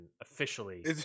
officially